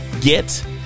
get